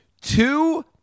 Two